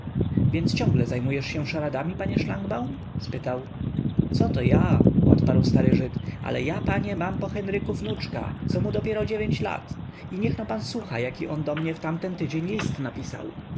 więc ciągle zajmujesz się szaradami panie szlangbaum spytał coto ja odparł stary żyd ale ja panie mam po henryku wnuczka co mu dopiero dziewięć lat i niechno pan słucha jaki on do mnie w tamten tydzień list napisał